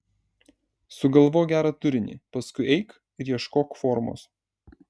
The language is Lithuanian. sugalvok gerą turinį paskui eik ir ieškok formos